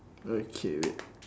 okay wait